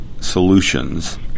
solutions